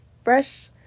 Fresh